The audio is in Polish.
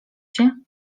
się